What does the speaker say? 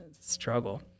struggle